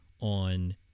on